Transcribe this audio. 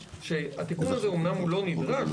התיקון הזה אמנם לא נדרש,